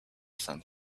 some